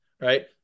right